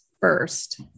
first